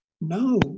No